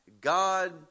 God